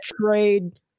trade